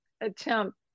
attempt